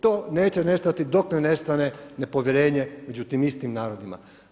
To neće nestati dok ne nestane nepovjerenje među tim istim narodima.